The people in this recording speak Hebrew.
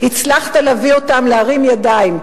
הצלחת להביא אותם להרים ידיים,